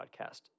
podcast